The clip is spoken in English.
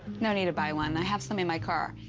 no need to buy one. i have some in my car.